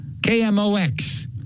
KMOX